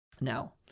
Now